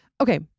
Okay